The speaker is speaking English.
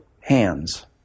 hands